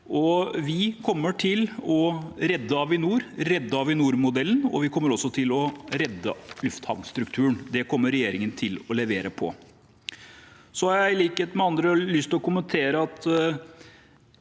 Vi kommer til å redde Avinor, redde Avinor-modellen, og vi kommer også til å redde lufthavnstrukturen. Det kommer regjeringen til å levere på. Så har jeg, i likhet med andre, lyst til å kommentere at